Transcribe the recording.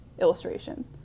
illustration